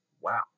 Wow